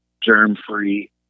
germ-free